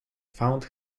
found